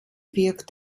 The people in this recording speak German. wirkt